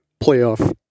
playoff